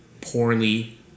poorly